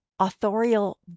authorial